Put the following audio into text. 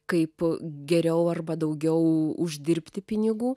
kaip geriau arba daugiau uždirbti pinigų